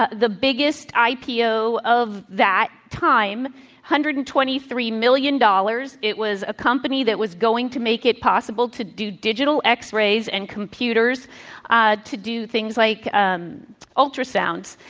ah the biggest ah ipo of that time, one hundred and twenty three million dollars. it was a company that was going to make it possible to do digital x-rays and computers ah to do things like um ultrasounds.